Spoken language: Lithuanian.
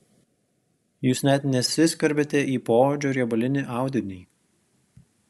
jūs net nesiskverbėte į poodžio riebalinį audinį